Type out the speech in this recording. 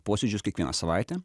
posėdžius kiekvieną savaitę